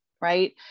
right